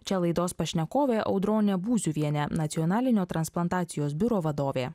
čia laidos pašnekovė audronė būziuvienė nacionalinio transplantacijos biuro vadovė